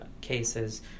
cases